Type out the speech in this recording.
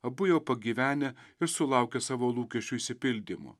abu jau pagyvenę ir sulaukę savo lūkesčių išsipildymo